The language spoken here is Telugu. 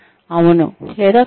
అవును లేదా కాదు